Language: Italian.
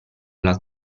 alla